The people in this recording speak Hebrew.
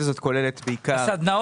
פיתוח בגליל,